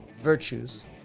virtues